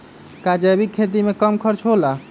का जैविक खेती में कम खर्च होला?